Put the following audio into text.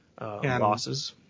losses